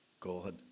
God